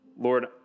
Lord